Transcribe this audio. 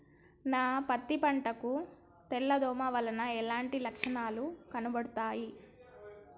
నా పత్తి పంట కు తెల్ల దోమ వలన ఎలాంటి లక్షణాలు కనబడుతాయి?